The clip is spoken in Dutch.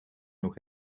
nog